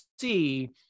see